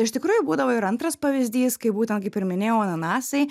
iš tikrųjų būdavo ir antras pavyzdys kaip būtent kaip ir minėjau ananasai